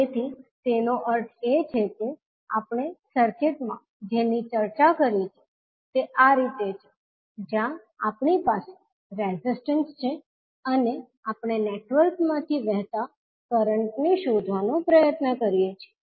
તેથી તેનો અર્થ એ છે કે આપણે સર્કિટમાં જેની ચર્ચા કરી છે તે આ રીતે છે જ્યાં આપણી પાસે રેઝિસ્ટન્સ છે અને આપણે નેટવર્ક માંથી વહેતા કરંટ ને શોધવાનો પ્રયત્ન કરીએ છીએ